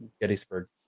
Gettysburg